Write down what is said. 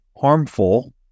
harmful